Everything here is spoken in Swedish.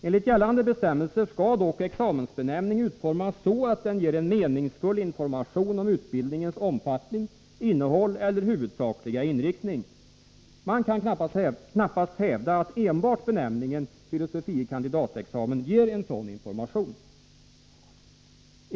Enligt gällande bestämmelser skall dock examensbenämningen utformas så att den ger en meningsfull information om utbildningens omfattning, innehåll eller huvudsakliga inriktning. Man kan knappast hävda att enbart benämningen filosofie kandidatexamen ger en sådan information.